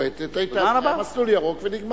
היתה לך תוכנית מפורטת, מסלול ירוק, ונגמר.